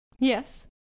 Yes